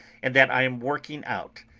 and that i am working out,